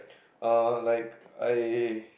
err like I